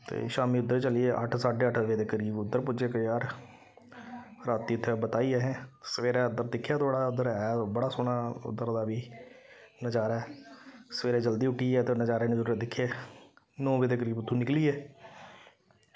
ते शामी उद्धर चली गे अट्ठ साड्डे अट्ठ बजे दे करीब उद्दर पुज्जे खजयार राती उत्थै बताई असें सवेरै उद्धर दिक्खेआ थोह्ड़ा उद्धर है बड़ा सोह्ना उद्धर दा बी नजारा ऐ सवेरे जल्दी उट्ठी गे ते नजारे नजूरे दिक्खे नौ बजे दे करीब उत्थूं निकली गे